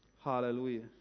Hallelujah